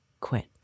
quit